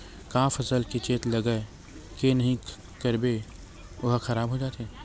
का फसल के चेत लगय के नहीं करबे ओहा खराब हो जाथे?